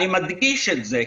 אני מדגיש את זה,